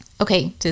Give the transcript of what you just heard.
Okay